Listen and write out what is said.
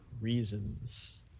reasons